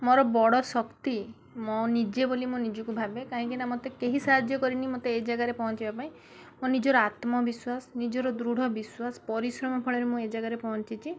ମୋର ବଡ଼ ଶକ୍ତି ମୁଁ ନିଜେ ବୋଲି ନିଜକୁ ଭାବେ କାହିଁକିନା ମୋତେ କେହି ସାହାଯ୍ୟ କରିନି ମୋତେ ଏ ଜାଗାରେ ପହଞ୍ଚିବା ପାଇଁ ମୋ ନିଜର ଆତ୍ମବିଶ୍ୱାସ ନିଜର ଦୃଢ଼ ବିଶ୍ୱାସ ପରିଶ୍ରମ ଫଳରେ ମୁଁ ଏ ଜାଗାରେ ପହଞ୍ଚିଛି